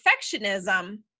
Perfectionism